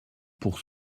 pour